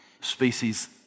species